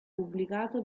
pubblicato